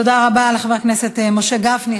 תודה רבה לחבר הכנסת משה גפני.